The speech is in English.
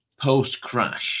post-crash